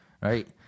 right